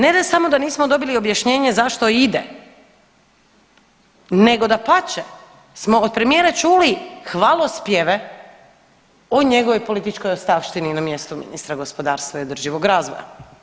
Ne da samo da nismo dobili objašnjenje zašto ide nego dapače smo od premijera čuli hvalospjeve o njegovoj političkoj ostavštini na mjestu ministra gospodarstva i održivog razvoja.